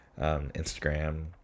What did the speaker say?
Instagram